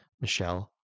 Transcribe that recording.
Michelle